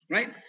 Right